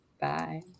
Bye